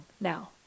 now